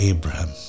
Abraham